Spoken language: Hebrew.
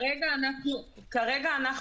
כרגע אנחנו בוחנים